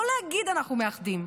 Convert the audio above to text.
לא להגיד: אנחנו מאחדים.